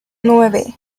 nueve